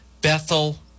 Bethel